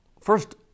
First